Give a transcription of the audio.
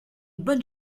bonne